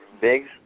Biggs